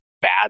bad